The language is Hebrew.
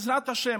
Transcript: בעזרת השם,